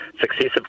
successive